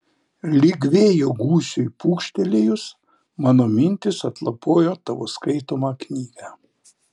lyg vėjo gūsiui pūkštelėjus mano mintys atlapojo tavo skaitomą knygą